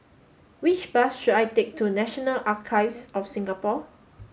which bus should I take to National Archives of Singapore